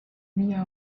area